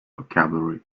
vocabulary